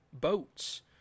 boats